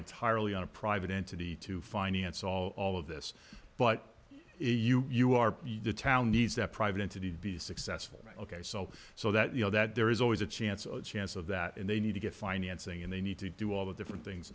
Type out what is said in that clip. entirely on a private entity to finance all all of this but you you are the town needs that private entity to be successful ok so so that you know that there is always a chance a chance of that and they need to get financing and they need to do all the different things